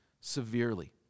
severely